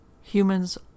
Humans